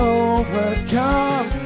overcome